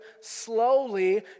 slowly